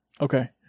Okay